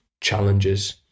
challenges